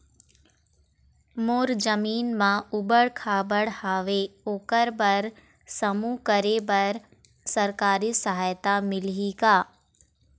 मोर जमीन म ऊबड़ खाबड़ हावे ओकर बर समूह करे बर सरकारी सहायता मिलही का?